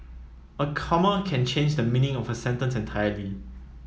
a comma can change the meaning of a sentence entirely